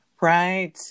Right